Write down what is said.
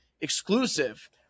exclusive